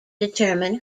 determine